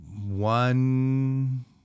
one